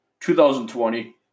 2020